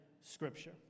scripture